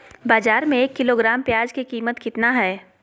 बाजार में एक किलोग्राम प्याज के कीमत कितना हाय?